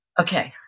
Okay